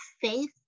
faith